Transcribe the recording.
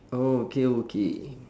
oh okay okay